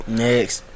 next